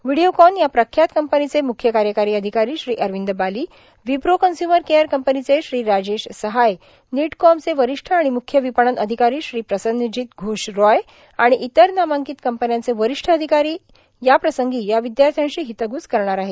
व्हिडिओकॉन या प्रख्यात कंपनीचे मुख्य कार्यकारी अधिकारी श्री अरविंद बाली विप्रो कन्झूमर केअर कंपनीचे श्री राजेश सहाय नीटकॉमचे वरिष्ठ आणि मुख्य विपणन अधिकारी श्री प्रसनजीत घोष रॉय आणि इतर नामांकित कंपन्यांचे वरिष्ठ अधिकारी याप्रसी या विद्यार्थ्यांशी हितग्रज करणार आहेत